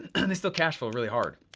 and they still cash flow really hard.